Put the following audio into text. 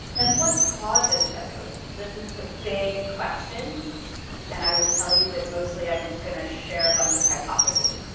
and what causes psychosis? this is the big question and i will tell you that mostly i'm gonna share a bunch of hypotheses.